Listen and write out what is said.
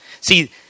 See